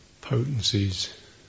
potencies